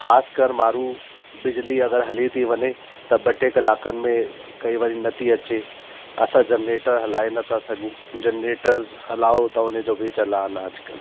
ख़ासि कर माण्हू बिजली अगरि हली थी वञे त ॿ टे कलाकनि में कई वारी नथी अचे असां जनरेटर हलाए नथा सघूं जनरेटर हलाओ त उने जो बि चलान आहे अॼकल्ह